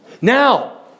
Now